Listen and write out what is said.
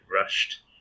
rushed